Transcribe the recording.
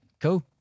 cool